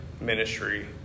ministry